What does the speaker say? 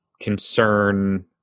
concern